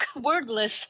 wordless